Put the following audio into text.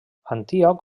antíoc